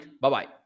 Bye-bye